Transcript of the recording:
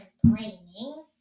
complaining